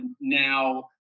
now